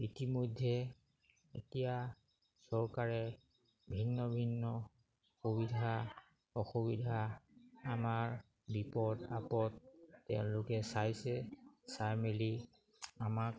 ইতিমধ্যে এতিয়া চৰকাৰে ভিন্ন ভিন্ন সুবিধা অসুবিধা আমাৰ বিপদ আপদ তেওঁলোকে চাইছে চাই মেলি আমাক